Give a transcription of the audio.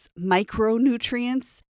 micronutrients